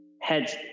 heads